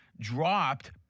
dropped